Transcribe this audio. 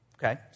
Okay